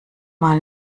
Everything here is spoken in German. mal